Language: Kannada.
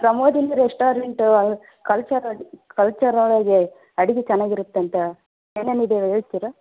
ಪ್ರಮೋದಿನಿ ರೆಸ್ಟೋರೆಂಟ್ ಕಲ್ಚರ್ ಅಡ್ ಕಲ್ಚರ್ ಒಳಗೆ ಅಡುಗೆ ಚೆನ್ನಾಗ್ ಇರತ್ತಂತೆ ಏನೇನಿದೆ ಹೇಳ್ತೀರ